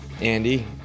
Andy